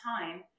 time